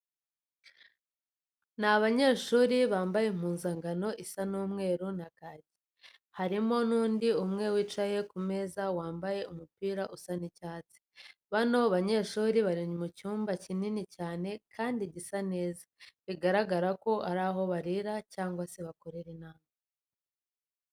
Ni abanyeshuri bambaye impuzankano isa umweru na kake, harimo n'undi umwe wicaye ku meza wambaye umupira usa icyatsi. Bano banyeshuri bari mu cyumba kinini cyane kandi gisa neza, biragaragara ko ari aho barira cyangwa se aho bakorera inama.